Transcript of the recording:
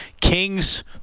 Kings